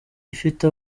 ifite